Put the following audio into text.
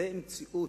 זאת מציאות,